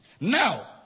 Now